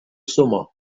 summer